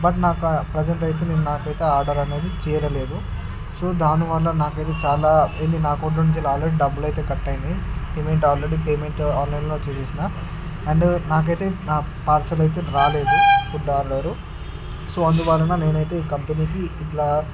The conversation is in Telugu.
బట్ నాకు ఆ ప్రసెంట్ అయితే నేను నాకయితే ఆర్డర్ అనేది చేరలేదు సో దానివల్ల నాకయితే చాలా ఏంది నాకు నా ఫోన్లో నుంచే ఆల్రెడీ డబ్బులు అయితే కట్ అయినాయి పేమెంటు ఆల్రెడీ పేమెంటు ఆన్లైన్లో చేసేసిన అండ్ నాకయితే నా పార్సెల్ అయితే రాలేదు సో అందువల్ల నేనయితే ఈ కంపేనికి ఇట్లా